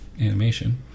animation